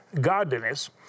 godliness